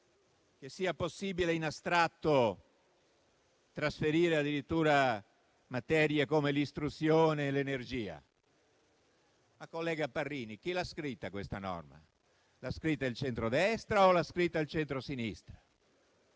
che sia possibile, in astratto, trasferire addirittura materie come l'istruzione e l'energia. Ma, collega Parrini, chi l'ha scritta questa norma? L'ha scritta il centrodestra o l'ha scritta il centrosinistra?